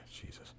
Jesus